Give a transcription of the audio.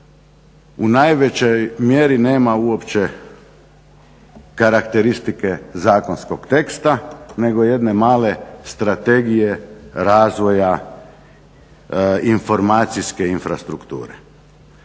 u najvećoj mjeri nema uopće karakteristike zakonskog teksta nego jedne male strategije razvoja informacijske infrastrukture.